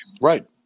right